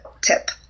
tip